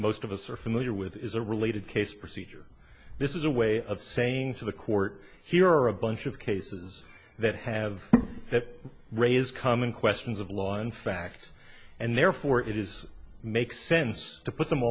most of us are familiar with is a related case procedure this is a way of saying to the court here are a bunch of cases that have that raise common questions of law in fact and therefore it is makes sense to put them